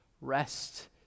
rest